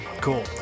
Cool